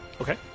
Okay